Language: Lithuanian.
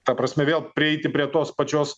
ta prasme vėl prieiti prie tos pačios